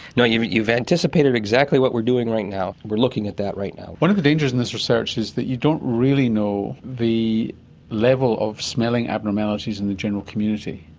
no, you've you've anticipated exactly what are doing right now, we're looking at that right now. one of the dangers in this research is that you don't really know the level of smelling abnormalities in the general community,